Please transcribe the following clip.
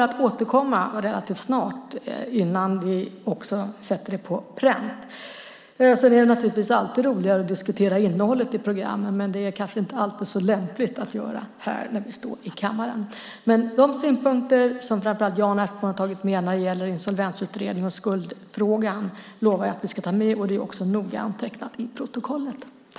Vi återkommer relativt snart, innan vi sätter det hela på pränt. Det är naturligtvis roligare att diskutera innehållet i programmen, men det kanske inte alltid är så lämpligt att göra det i kammaren. De synpunkter som framför allt Jan Ertsborn framfört om Insolvensutredningen och skuldfrågan lovar jag ska tas med, och det är också noga antecknat i protokollet.